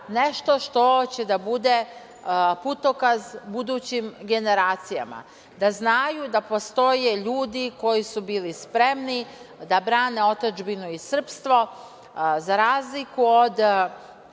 nešto što će da bude putokaz budućim generacijama. Da znaju da postoje ljudi koji su bili spremni da brane otadžbinu i srpstvo, za razliku od